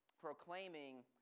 proclaiming